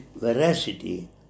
veracity